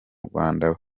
rwanda